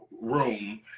room